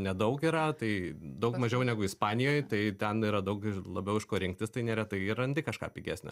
nedaug yra tai daug mažiau negu ispanijoj tai ten yra daug labiau iš ko rinktis tai neretai ir randi kažką pigesnio